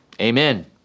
Amen